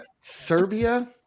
Serbia